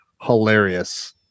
hilarious